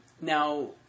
Now